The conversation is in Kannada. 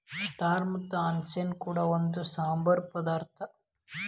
ಸ್ಟಾರ್ ಅನೈಸ್ ಕೂಡ ಒಂದು ಸಾಂಬಾರ ಪದಾರ್ಥ